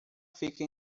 fica